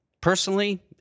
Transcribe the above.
Personally